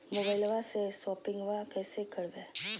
मोबाइलबा से शोपिंग्बा कैसे करबै?